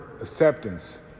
acceptance